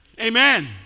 amen